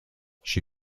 she